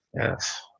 Yes